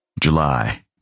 July